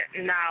no